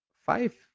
five